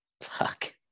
Fuck